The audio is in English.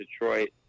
Detroit